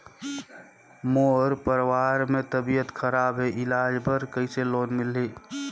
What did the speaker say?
मोर परवार मे तबियत खराब हे इलाज बर कइसे लोन मिलही?